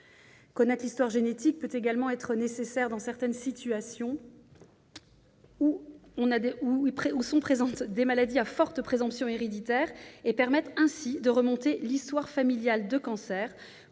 Connaître l'histoire génétique peut être également nécessaire dans certaines situations, dans le cas de maladies à forte présomption héréditaire, afin de remonter l'histoire familiale de cancers